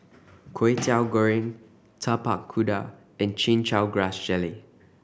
Kwetiau Goreng Tapak Kuda and Chin Chow Grass Jelly